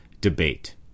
debate